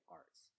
arts